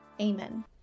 Amen